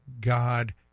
God